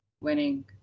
winning